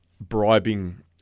bribing